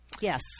Yes